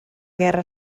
guerra